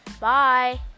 bye